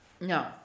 No